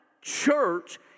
church